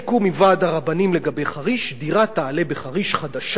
דירה חדשה תעלה בחריש 450,000 שקל,